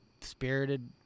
spirited